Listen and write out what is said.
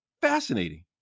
fascinating